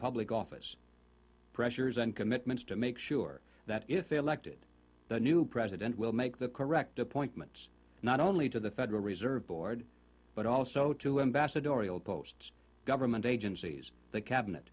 public office pressures and commitments to make sure that if elected the new president will make the correct appointments not only to the federal reserve board but also to ambassadorial posts government agencies the cabinet